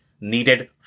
needed